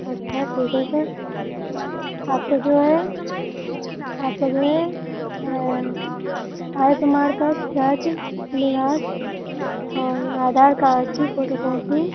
अच्छा ठीक है सर आपको जो है आपको जो है आय प्रमाण पत्र जाति निवास और आधार कार्ड की फोटो कॉपी